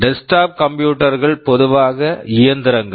desktop desktop computer computer கள் பொதுவாக இயந்திரங்கள்